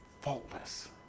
faultless